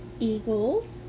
eagles